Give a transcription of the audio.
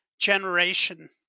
generation